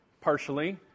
partially